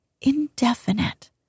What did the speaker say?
indefinite